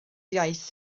iaith